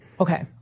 Okay